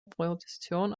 position